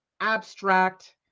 abstract